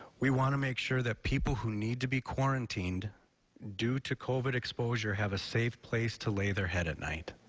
we want to make sure that people that need to be quarantined due to covid exposure have a safe place to lay their head at night.